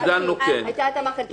זה משהו אחר.